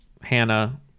Hannah